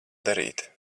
darīt